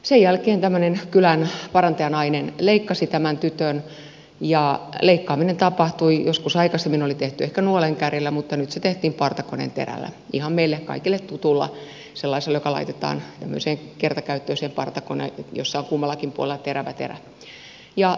sen jälkeen kylän parantajanainen leikkasi tytön ja leikkaaminen tapahtui joskus aikaisemmin oli tehty ehkä nuolenkärjellä mutta nyt se tehtiin partakoneen terällä ihan meille kaikille tutulla sellaisella joka laitetaan kertakäyttöiseen partakoneeseen jossa on kummallakin puolella terävä terä